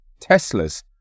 Teslas